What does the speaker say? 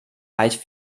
reicht